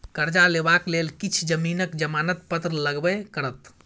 करजा लेबाक लेल किछु जमीनक जमानत पत्र लगबे करत